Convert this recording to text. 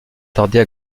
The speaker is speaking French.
tarder